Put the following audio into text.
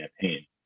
campaign